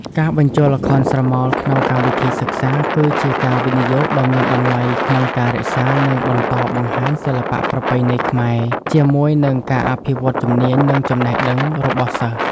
ការបញ្ចូលល្ខោនស្រមោលក្នុងកម្មវិធីសិក្សា គឺជាការវិនិយោគដ៏មានតម្លៃក្នុងការរក្សា និងបន្តបង្ហាញសិល្បៈប្រពៃណីខ្មែរ ជាមួយនឹងការអភិវឌ្ឍជំនាញ និងចំណេះដឹងរបស់សិស្ស។